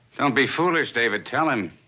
don't be foolish, david, tell him.